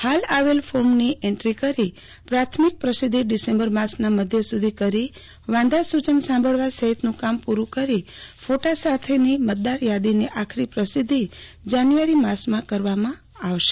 હાલ આવેલ ફોર્મની એન્ટ્રી કરી પ્રાથમીક પ્રસિધ્ધી ડિસેમ્બર માસના મધ્ય સુધી કરી વાંધા સુચન સાંભળવા સહિતનું કામ પૂરું કરી ફોટા સાથેની મતદાર યાદીની આખરી પ્રસિધ્ધી જાન્યુઆરી માસમાં કરવામાં આવશે